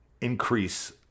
increase